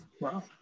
Wow